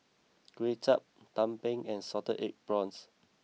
Kuay Chap Tumpeng and Salted Egg Prawns